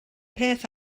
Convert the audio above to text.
peth